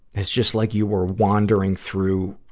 it's just like you were wandering through,